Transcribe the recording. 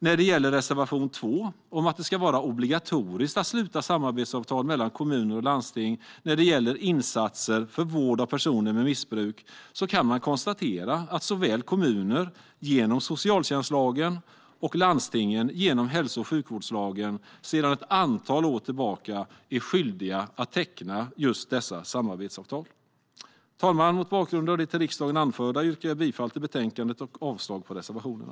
När det gäller reservation 2 om att det ska vara obligatoriskt att sluta samarbetsavtal mellan kommuner och landsting när det gäller insatser för vård av personer med missbruk kan man konstatera att såväl kommuner genom socialtjänstlagen som landstingen genom hälso och sjukvårdslagen sedan ett antal år tillbaka är skyldiga att teckna just sådana samarbetsavtal. Fru talman! Mot bakgrund av det anförda yrkar jag bifall till utskottets förslag i betänkandet och avslag på reservationerna.